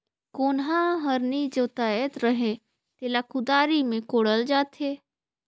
कोनहा हर नी जोताए रहें तेला कुदारी मे कोड़ल जाथे